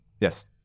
Yes